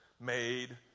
made